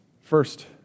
First